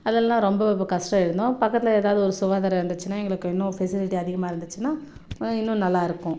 அதெல்லாம் ரொம்ப இப்போ கஷ்டம் இருந்தும் பக்கத்தில் ஏதாவது ஒரு சுகாதாரம் இருந்துச்சுன்னா எங்களுக்கு இன்னும் ஃபெசிலிட்டி அதிகமாக இருந்துச்சுன்னா இன்னும் நல்லாயிருக்கும்